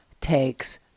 takes